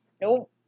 Nope